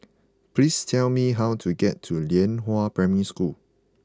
please tell me how to get to Lianhua Primary School